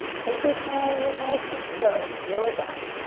take your time, move nice and slow. slow it down.